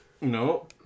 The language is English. no